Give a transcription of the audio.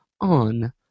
on